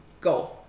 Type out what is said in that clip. go